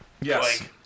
Yes